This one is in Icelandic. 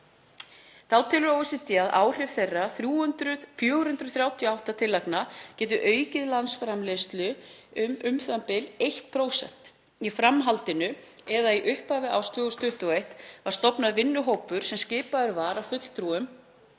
Þá telur OECD að áhrif þeirra 438 tillagna geti aukið landsframleiðslu um u.þ.b. 1%. Í framhaldinu, eða í upphafi árs 2021, var stofnaður vinnuhópur sem skipaður var fulltrúum